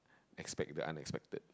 expect the unexpected